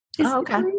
Okay